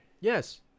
Yes